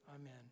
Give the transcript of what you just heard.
Amen